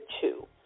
two